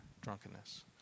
drunkenness